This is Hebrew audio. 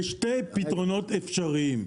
יש שתי פתרונות אפשריים,